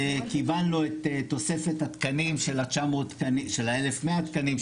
קיבלנו את תוספת התקנים של ה-1,100 תקנים,